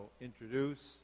introduce